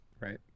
Right